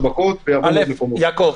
יעקב,